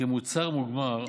כמוצר מוגמר,